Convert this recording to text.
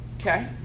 okay